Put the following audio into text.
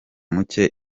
muke